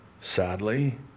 sadly